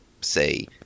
say